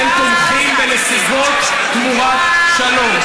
אתם תומכים בנסיגות תמורת שלום.